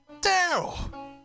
Daryl